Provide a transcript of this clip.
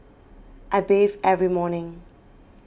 I bathe every morning